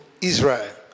Israel